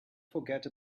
forget